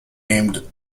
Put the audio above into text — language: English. named